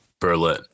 Berlin